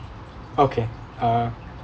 okay uh